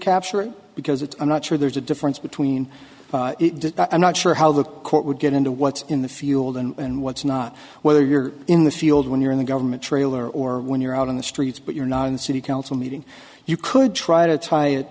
capture it because it's i'm not sure there's a difference between i'm not sure how the court would get into what's in the field and what's not whether you're in the field when you're in the government trailer or when you're out on the streets but you're not in the city council meeting you could try to tie it